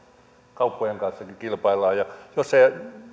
kauppojen kanssa kilpaillaan ja jos ei